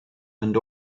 and